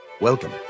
Welcome